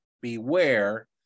beware